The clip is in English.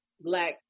black